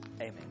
amen